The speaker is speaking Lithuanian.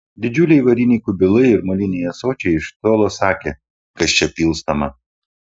didžiuliai variniai kubilai ir moliniai ąsočiai iš tolo sakė kas čia pilstoma